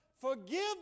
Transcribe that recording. Forgive